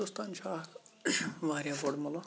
ہِندوستان چھُ اَکھ واریاہ بوٚڈ مُلُک